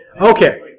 Okay